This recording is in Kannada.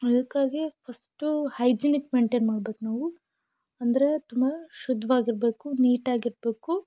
ಅದಕ್ಕಾಗಿ ಫಸ್ಟು ಹೈಜಿನಿಕ್ ಮೇಂಟೇನ್ ಮಾಡ್ಬೇಕು ನಾವು ಅಂದರೆ ತುಂಬ ಶುದ್ಧವಾಗಿರ್ಬೇಕು ನೀಟಾಗಿರಬೇಕು